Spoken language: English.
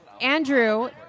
Andrew